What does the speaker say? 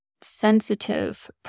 sensitive